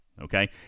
okay